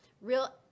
real